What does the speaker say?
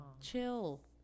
chill